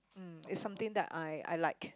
mm is something that I I like